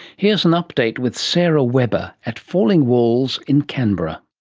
here's an update with sarah webber at falling walls in canberra.